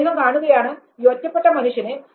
അദ്ദേഹം കാണുകയാണ് ഈ ഒറ്റപ്പെട്ട മനുഷ്യനെ